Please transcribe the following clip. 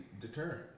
deterrent